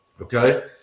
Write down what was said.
Okay